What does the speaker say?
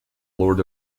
lord